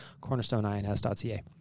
cornerstoneins.ca